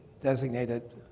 designated